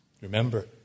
Remember